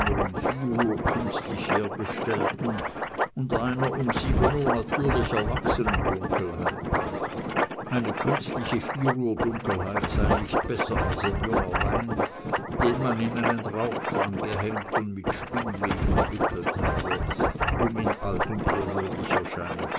um vier uhr künstlich hergestellten und einer um sieben uhr natürlich erwachsenen dunkelheit eine künstliche vieruhrdunkelheit sei nicht besser als ein junger wein den man in einen rauchfang gehängt und mit spinnweb umwickelt habe um ihn alt und ehrwürdig erscheinen